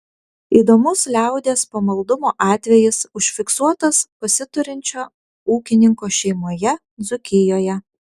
įdomus liaudies pamaldumo atvejis užfiksuotas pasiturinčio ūkininko šeimoje dzūkijoje